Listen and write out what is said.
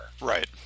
Right